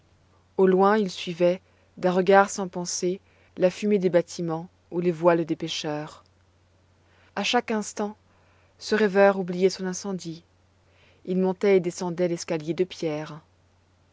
au loin il suivait d'un regard sans pensée la fumée des bâtiments ou les voiles des pêcheurs à chaque instant ce rêveur oubliait son incendie il montait et descendait l'escalier de pierre